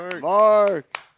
Mark